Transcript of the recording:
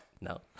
No